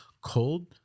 cold